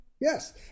Yes